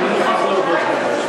אני מוכרח להודות במשהו.